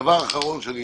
דבר אחרון שאני